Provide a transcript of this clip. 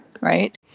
right